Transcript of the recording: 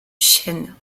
chênes